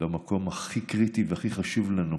במקום הכי קריטי והכי חשוב לנו,